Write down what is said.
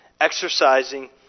exercising